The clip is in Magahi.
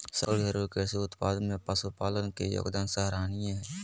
सकल घरेलू कृषि उत्पाद में पशुपालन के योगदान सराहनीय हइ